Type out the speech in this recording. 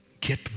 get